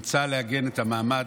מוצע לעגן את המעמד,